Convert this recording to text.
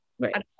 Right